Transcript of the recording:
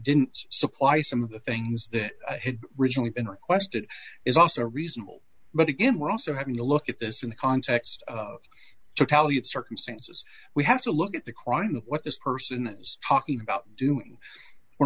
didn't supply some of the things that recently been requested is also reasonable but again we're also having to look at this in the context totality of circumstances we have to look at the crime of what this person is talking about doing we're